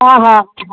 हा हा